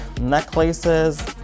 necklaces